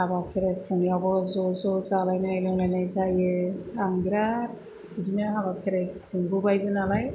हाबा खेराइ खुंनायावबो ज' ज' जालायनाय लोंलायनाय जायो आं बिराथ बिदिनो हाबा खेराइ खुंबोबायबो नालाय